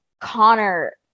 connor